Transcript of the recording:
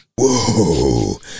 whoa